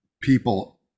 People